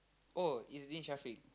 oh is Deen Shafiq